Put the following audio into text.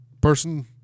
person